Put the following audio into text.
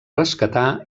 rescatar